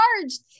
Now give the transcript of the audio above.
charged